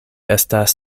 estas